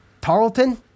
Tarleton